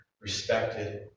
respected